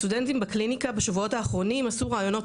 הסטודנטים בקליניקה בשבועות האחרונים עשו ראיונות